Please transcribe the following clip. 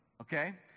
Okay